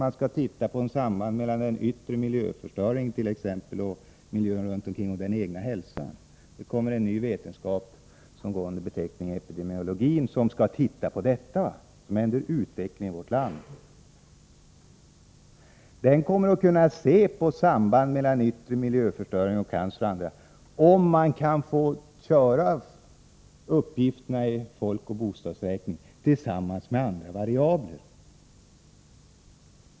Man skall studera sambandet mellan miljön, t.ex. den yttre miljöförstöringen, och den egna hälsan. En ny vetenskap, som går under beteckningen epidemiologi och som skall titta på detta, är under utveckling i vårt land. Den kommer att kunna se på sambandet mellan yttre miljöförstöring och cancer och andra sjukdomar — om man kan få köra uppgifterna från folkoch bostadsräkningen tillsammans med andra variabler.